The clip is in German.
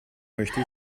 möchte